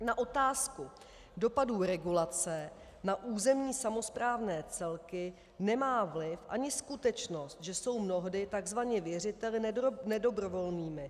Na otázku dopadů regulace na územní samosprávné celky nemá vliv ani skutečnost, že jsou mnohdy tzv. věřiteli nedobrovolnými.